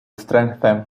strengthen